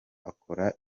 akora